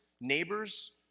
neighbors